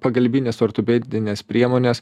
pagalbinės ortopedinės priemonės